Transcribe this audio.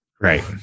Right